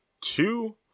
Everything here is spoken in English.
two